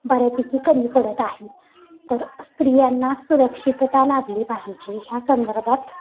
बऱ्यापैकी कमी पडत आहेत तर स्त्रियांना सुरक्षितता लाभली पाहिजे ह्या संदर्भात